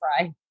Right